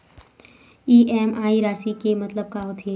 EMI राशि के मतलब का होथे?